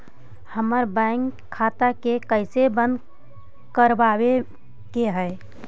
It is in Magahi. हमर बैंक खाता के कैसे बंद करबाबे के है?